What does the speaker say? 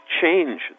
change